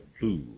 blue